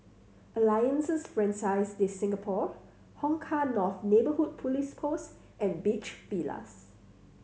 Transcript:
Alliances Francaise de Singapour Hong Kah North Neighbourhood Police Post and Beach Villas